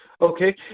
Okay